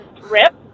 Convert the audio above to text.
rip